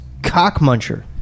Cockmuncher